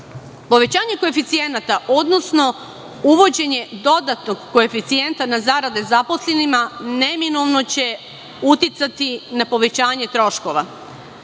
Povećanje koeficijenata, odnosno uvođenje dodatnog koeficijenta na zarade zaposlenima, neminovno će uticati na povećanje troškova. Vi